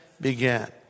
began